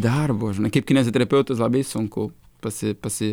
darbo žinai kaip kineziterapeutas labai sunku pasi pasi